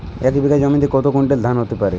এক বিঘা জমিতে কত কুইন্টাল ধান হতে পারে?